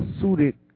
suited